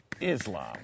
Islam